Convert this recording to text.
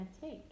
take